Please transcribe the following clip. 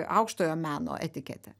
aukštojo meno etiketę